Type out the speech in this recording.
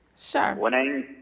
Sure